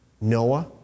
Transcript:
Noah